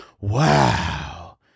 wow